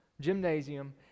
gymnasium